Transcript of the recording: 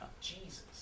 Jesus